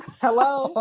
Hello